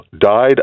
died